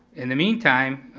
in the meantime,